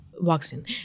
vaccine